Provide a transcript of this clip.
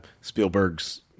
Spielberg's